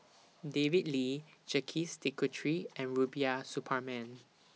David Lee Jacques De Coutre and Rubiah Suparman